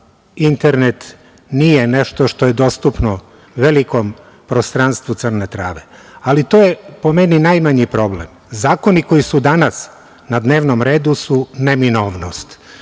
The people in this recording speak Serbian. internet nije nešto što je dostupno velikom prostranstvu Crne Trave, ali to je, po meni, najmanji problem. Zakoni koji su danas na dnevnom redu su neminovnost.